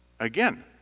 Again